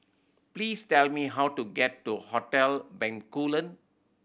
please tell me how to get to Hotel Bencoolen